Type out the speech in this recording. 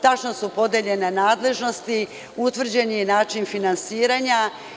Tačno su podeljene nadležnosti, utvrđen je i način finansiranja.